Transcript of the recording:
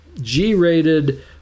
G-rated